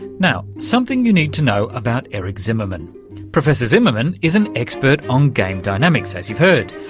now, something you need to know about eric zimmerman professor zimmerman is an expert on game dynamics, as you've heard,